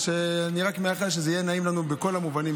ואני רק מאחל שזה יהיה נעים לנו בכל המובנים,